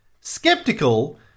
Skeptical